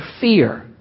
fear